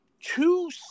two